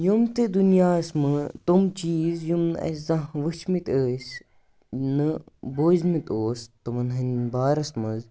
یِم تہِ دُنیاہَس منٛز تِم چیٖز یِم نہٕ اَسہِ زانٛہہ وُچھمٕتۍ ٲسۍ نہٕ بوٗزٕمٕتۍ اوس تِمَن ہٕنٛدٮ۪ن بارَس منٛز